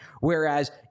Whereas